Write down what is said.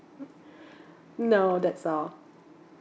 no that's all